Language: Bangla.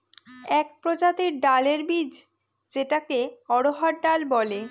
এক প্রজাতির ডালের বীজ যেটাকে অড়হর ডাল বলে